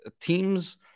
teams